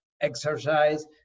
exercise